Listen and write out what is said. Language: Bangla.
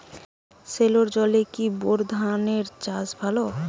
সেলোর জলে কি বোর ধানের চাষ ভালো?